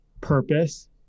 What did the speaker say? purpose